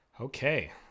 Okay